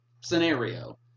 scenario